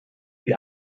wie